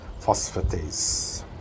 phosphatase